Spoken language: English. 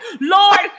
Lord